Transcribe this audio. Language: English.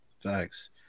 Thanks